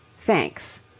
thanks.